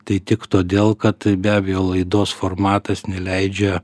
tai tik todėl kad be abejo laidos formatas neleidžia